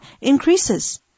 increases